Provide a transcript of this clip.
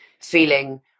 feeling